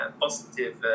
positive